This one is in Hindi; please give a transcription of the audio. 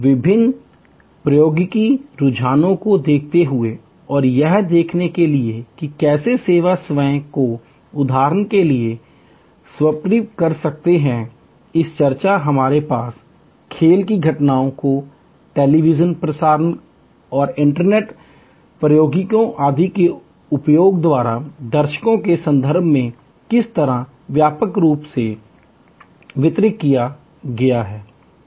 विभिन्न प्रौद्योगिकी रुझानों को देखते हुए और यह देखने के लिए कि कैसे सेवा स्वयं को उदाहरण के लिए रूपांतरित कर सकती है इस चर्चा कि हमारे पास खेल की घटनाओं को टेलीविजन प्रसारण और इंटरनेट प्रौद्योगिकियों आदि के उपयोग द्वारा दर्शकों के संदर्भ में किस तरह व्यापक रूप से विस्तारित किया गया है